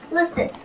Listen